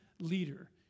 leader